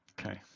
Okay